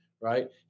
right